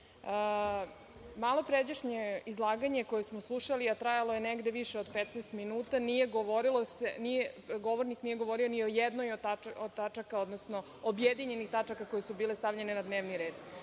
Malopređašnje izlaganje koje smo slušali, a trajalo je negde više od 15 minuta govornik nije govorio ni o jednoj od tačaka, odnosno objedinjenih tačaka koje su bile stavljene na dnevni red. Da